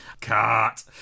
Cut